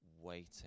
waiting